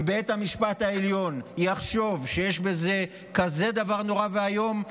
אם בית המשפט העליון יחשוב שיש בזה כזה דבר נורא ואיום,